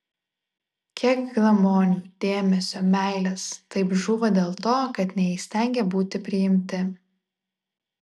kiek glamonių dėmesio meilės taip žūva dėl to kad neįstengė būti priimti